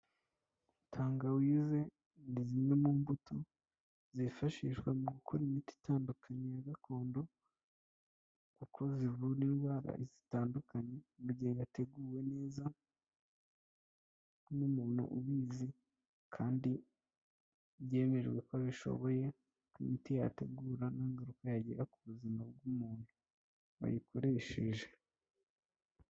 Tangawize ni zimwe mu mbuto zifashishwa mu gukora imiti itandukanye ya gakondo kuko zivura indwara zitandukanye, mu gihe yateguwe neza n'umuntu ubizi kandi byemejwe ko abishoboye n'imiti yategura nta ngaruka yagira ku buzima bw'umuntu wayikoresheje.